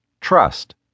Trust